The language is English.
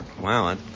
Wow